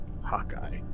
Hawkeye